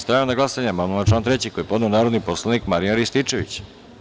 Stavljam na glasanje amandman na član 3. koji je podneo narodni poslanik Marijan Rističević.